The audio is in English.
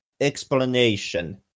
explanation